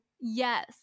Yes